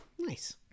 Nice